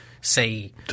say